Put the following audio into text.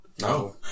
No